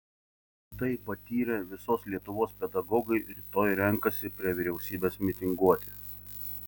tai patyrę visos lietuvos pedagogai rytoj renkasi prie vyriausybės mitinguoti